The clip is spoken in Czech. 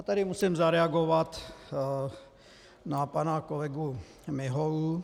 Tady musím zareagovat na pana kolegu Miholu.